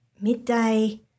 midday